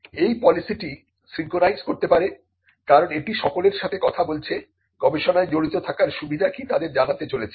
এই পলিসিটি সিঙ্ক্রোনাইজ করতে পারে কারণ এটি সকলের সাথে কথা বলছেগবেষণায় জড়িত থাকার সুবিধা কি তাদের জানাতে চলেছে